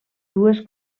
dues